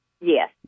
Yes